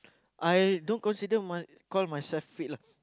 I don't consider my call myself fit lah